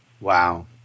Wow